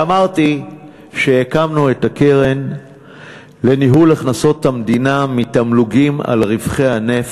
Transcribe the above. ואמרתי שהקמנו את הקרן לניהול הכנסות המדינה מתמלוגים על רווחי הנפט,